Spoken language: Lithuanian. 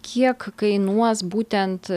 kiek kainuos būtent